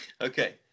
Okay